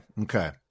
okay